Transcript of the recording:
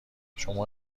شما